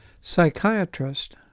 Psychiatrist